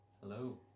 Hello